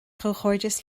comhghairdeas